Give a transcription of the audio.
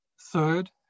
Third